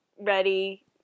ready